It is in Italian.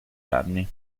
anni